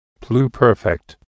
pluperfect